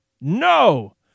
No